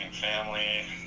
family